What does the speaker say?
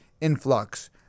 influx